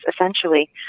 essentially